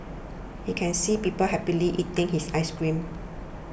he can see people happily eating his ice cream